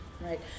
Right